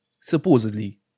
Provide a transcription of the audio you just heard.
Supposedly